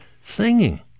singing